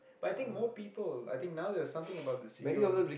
but I think more people I think now there's something about the c_e_o